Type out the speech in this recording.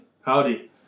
Howdy